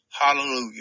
Hallelujah